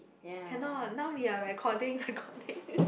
cannot now we are recording recording